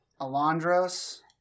Alondros